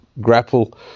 grapple